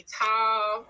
tall